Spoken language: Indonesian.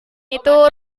itu